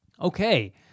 Okay